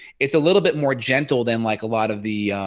it's a little bit more gentle than like a lot of the